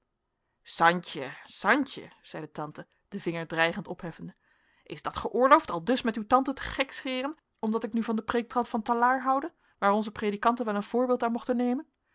santje santje zeide tante den vinger dreigend opheffende is dat geoorloofd aldus met uw tante te gekscheren omdat ik nu van den preektrant van talard houde waar onze predikanten wel een voorbeeld aan mochten nemen